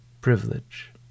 privilege